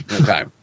Okay